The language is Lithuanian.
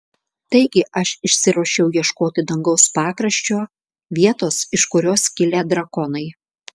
taigi aš išsiruošiau ieškoti dangaus pakraščio vietos iš kurios kilę drakonai